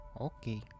Okay